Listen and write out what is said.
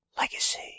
Legacy